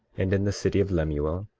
and in the city of lemuel,